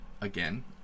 again